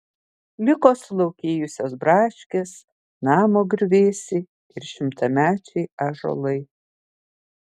liko sulaukėjusios braškės namo griuvėsiai ir šimtamečiai ąžuolai